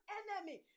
enemy